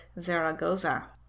Zaragoza